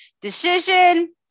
Decision